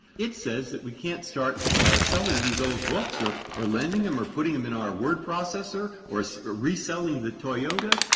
it says that we can't start selling these old books or or lending them or putting them in our word processor or so or reselling the toyota